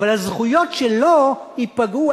אבל הזכויות שלו ייפגעו.